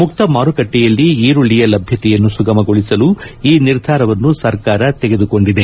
ಮುಕ್ತ ಮಾರುಕಟ್ಟೆಯಲ್ಲಿ ಈರುಳ್ಳಿಯ ಲಭ್ಯತೆಯನ್ನು ಸುಗಮಗೊಳಿಸಲು ಈ ನಿರ್ಧಾರವನ್ನು ಸರ್ಕಾರ ತೆಗೆದುಕೊಂಡಿದೆ